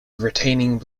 retaining